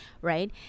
Right